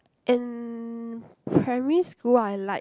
and primary school I like